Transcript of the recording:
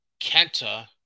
Kenta